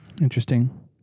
Interesting